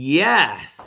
yes